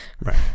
Right